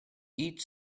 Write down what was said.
each